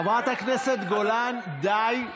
חברת הכנסת גולן, די.